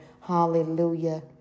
Hallelujah